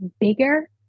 bigger